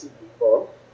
people